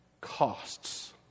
costs